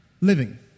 living